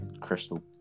crystal